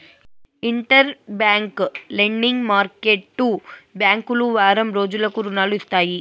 inter bank lending market బ్యాంకులు వారం రోజులకు రుణాలు ఇస్తాయి